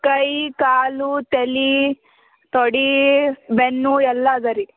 ಕೈ ಕಾಲು ತಲೆ ತೊಡೆ ಬೆನ್ನು ಎಲ್ಲ ಅದರಿ